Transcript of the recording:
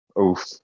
Oof